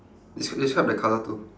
desc~ describe the colour too